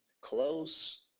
close